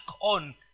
on